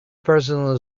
person